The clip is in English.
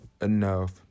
enough